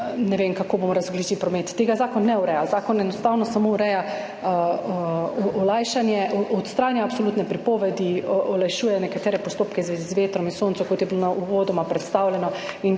ne vem, kako bomo razogljičili promet. Tega zakon ne ureja. Zakon enostavno samo ureja olajšanje, odstrani absolutne prepovedi, olajšuje nekatere postopke v zvezi z vetrom in soncem, kot je bilo uvodoma predstavljeno, in